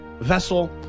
vessel